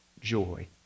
joy